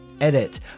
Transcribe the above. edit